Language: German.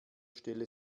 stelle